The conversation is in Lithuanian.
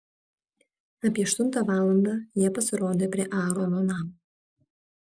apie aštuntą valandą jie pasirodė prie aarono namo